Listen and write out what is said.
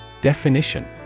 Definition